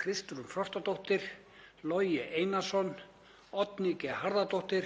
Kristrún Frostadóttir, Logi Einarsson, Oddný G. Harðardóttir,